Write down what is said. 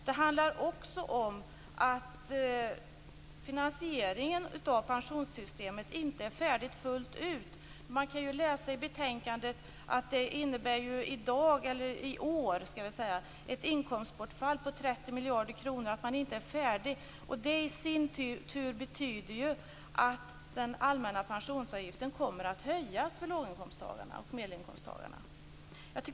Det handlar också om att finansieringen av pensionssystemet inte är färdig fullt ut. Man kan ju läsa i betänkandet att det faktum att man inte är färdig innebär ett inkomstbortfall på 30 miljarder kronor i år. Och det i sin tur betyder ju att den allmänna pensionsavgiften kommer att höjas för låg och medelinkomsttagarna.